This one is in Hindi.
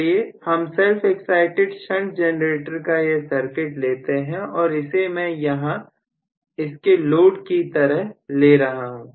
चलिए हम self excited शंट जेनरेटर का यह सर्किट लेते हैं और इसे मैं यहां इसके लोड की तरह ले रहा हूं